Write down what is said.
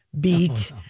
beat